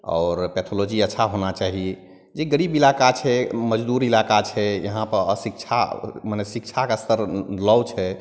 आओर पैथोलॉजी अच्छा होना चाही ई गरीब इलाका छै मजदूर इलाका छै यहाँपर अशिक्षा मने शिक्षाके अस्तर लो छै